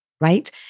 Right